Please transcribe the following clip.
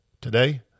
today